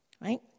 right